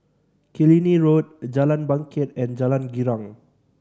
Killiney Road Jalan Bangket and Jalan Girang